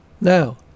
Now